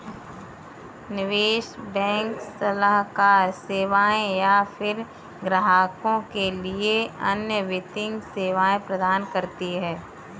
निवेश बैंक सलाहकार सेवाएँ या फ़िर ग्राहकों के लिए अन्य वित्तीय सेवाएँ प्रदान करती है